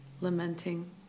lamenting